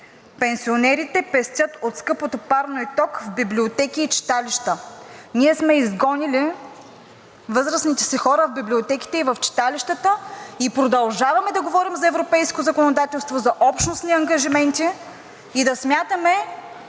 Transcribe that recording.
„Пенсионерите пестят от скъпото парно и ток в библиотеки и читалища.“ Ние сме изгонили възрастните си хора в библиотеките и в читалищата и продължаваме да говорим за европейско законодателство, за общностни ангажименти и да смятаме,